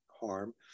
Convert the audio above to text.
harm